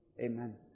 Amen